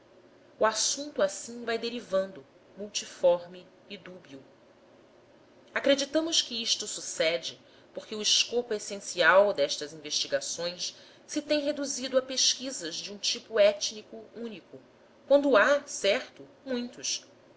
o assunto assim vai derivando multiforme e dúbio acreditamos que isto sucede porque o escopo essencial destas investigações se tem reduzido à pesquisa de um tipo étnico único quando há certo muitos